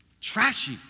trashy